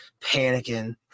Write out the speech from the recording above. panicking